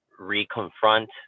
reconfront